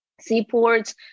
seaports